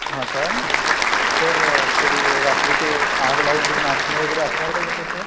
हां का सर तरी रात्री ते आग लावून ते नाचणं वगैरे असणार का तिथे सर